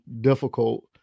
difficult